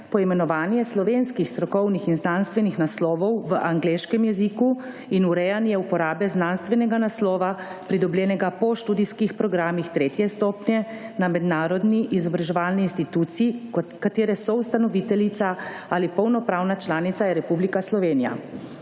poimenovanje slovenskih strokovnih in znanstvenih naslovov v angleškem jeziku in urejanje uporabe znanstvenega naslova, pridobljenega po študijskih programih tretje stopnje na mednarodni izobraževalni instituciji, katere soustanoviteljica ali polnopravna članica je Republika Slovenija.